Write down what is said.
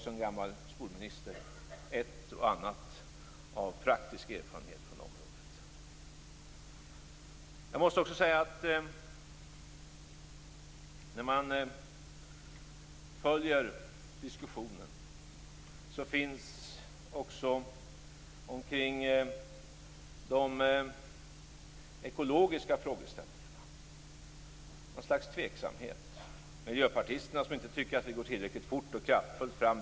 Jag har ju som tidigare skolminister praktisk erfarenhet från området. När man följer den allmänna diskussionen finns det omkring de ekologiska frågorna något slags tveksamhet. Jag förstår miljöpartisternas kritik för att det inte går tillräckligt fort fram.